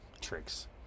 tricks